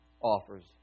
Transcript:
offers